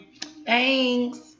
Thanks